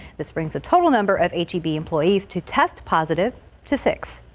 this brings the total number of a tv employees to test positive to six.